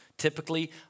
Typically